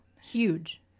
huge